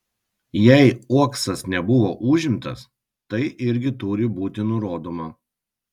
jei uoksas nebuvo užimtas tai irgi turi būti nurodoma